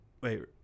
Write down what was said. Wait